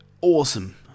awesome